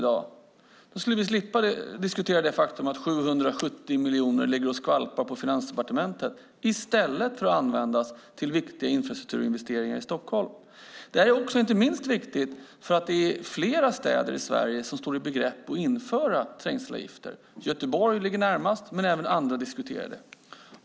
Då skulle vi slippa diskutera det faktum att 770 miljoner skvalpar på Finansdepartementet i stället för att användas till viktiga infrastrukturinvesteringar i Stockholm. Det här är inte minst viktigt därför att flera städer i Sverige står i begrepp att införa trängselavgifter. Göteborg ligger närmast, men även andra diskuterar det.